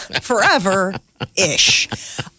Forever-ish